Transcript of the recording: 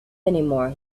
anymore